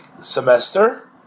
semester